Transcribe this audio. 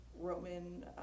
Roman